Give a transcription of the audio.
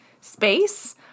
space